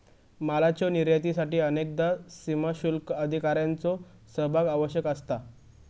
मालाच्यो निर्यातीसाठी अनेकदा सीमाशुल्क अधिकाऱ्यांचो सहभाग आवश्यक असता